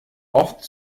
oft